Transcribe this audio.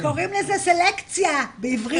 קוראים לזה סלקציה בעברית, את יודעת?